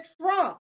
trump